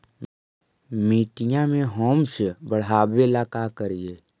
मिट्टियां में ह्यूमस बढ़ाबेला का करिए?